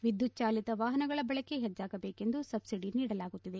ವಿದ್ಯುತ್ ಚಾಲಿತ ವಾಹನಗಳ ಬಳಕೆ ಹೆಚ್ಚಾಗಬೇಕೆಂದು ಸಬ್ನಿಡಿ ನೀಡಲಾಗುತ್ತಿದೆ